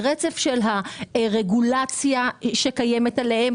זה רצף של הרגולציה שקיימת עליהם,